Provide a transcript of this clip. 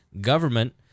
government